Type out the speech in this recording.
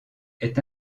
est